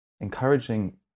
encouraging